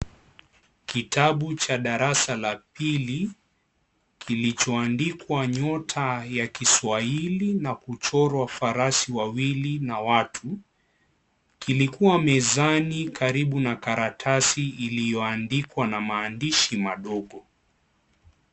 Kitabu cha darasa la pili kilichoandikwa nyota ya kiswahili na kuchorwa farasi wawili na watu kilikuwa mezani karibu na karatasi iliyoandikwa na maandishi madogo.